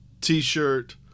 t-shirt